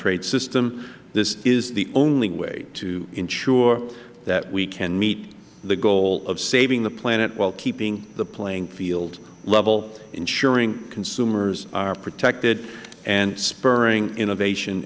trade system this is the only way to ensure that we can meet the goal of saving the planet while keeping the playing field level ensuring consumers are protecting and spurring innovation